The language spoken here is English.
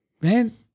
man